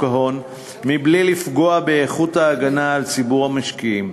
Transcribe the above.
ההון בלי לפגוע באיכות ההגנה על ציבור המשקיעים.